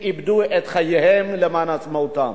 שאיבדו את חייהם למען עצמאותם.